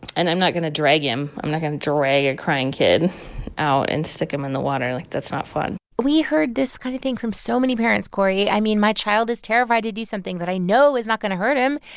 and i'm not going to drag him. i'm not going to drag a and crying kid out and stick him in the water. like, that's not fun we heard this kind of thing from so many parents, cory i mean, my child is terrified to do something that i know is not going to hurt him,